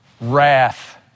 Wrath